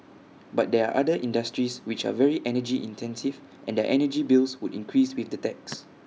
but there are other industries which are very energy intensive and their energy bills would increase with the tax